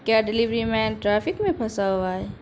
کیا delivery man traffic میں پھنسا ہوا ہے